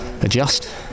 adjust